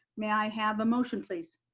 may i have a motion please?